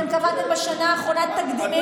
אתם קבעתם בשנה האחרונה תקדימים.